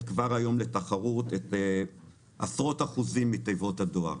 כבר היום לתחרות עשרות אחוזים מתיבות הדואר.